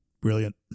Brilliant